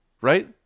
Right